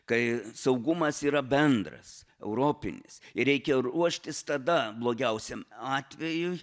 kai saugumas yra bendras europinis reikia ruoštis tada blogiausiam atvejui